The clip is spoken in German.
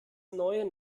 neue